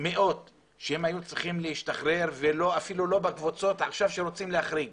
מאות שהיו צריכים להשתחרר והם אפילו לא בקבוצות שעכשיו רוצים להחריג.